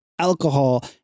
alcohol